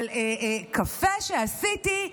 על קפה שעשיתי.